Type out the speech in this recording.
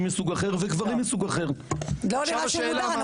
מסוג אחר וגברים מסוג אחר --- לא נראה שהוא מודר,